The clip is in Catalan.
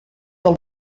del